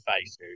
face